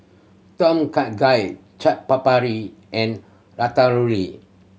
Tom Kha Gai Chaat Papri and Ratatouille